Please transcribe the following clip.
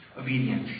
obedience